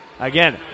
Again